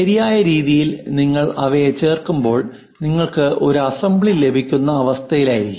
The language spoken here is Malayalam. ശരിയായ രീതിയിൽ നിങ്ങൾ അവയെ ചേർക്കുമ്പോൾ നിങ്ങൾക്ക് ഒരു അസംബ്ലി ലഭിക്കുന്ന അവസ്ഥയിലായിരിക്കും